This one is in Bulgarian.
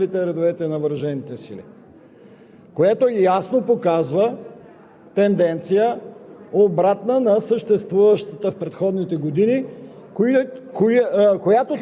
че за миналата година – 2019 г., броят на постъпилите на кадрова военна служба надхвърля броя на напусналите редовете на въоръжените сили,